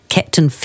Captain